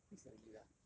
recently lah